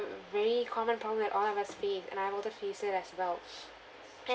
very common problem that all of us face and I've also faced it as well